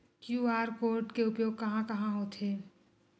QR code के उपयोग कहां कहां होथे?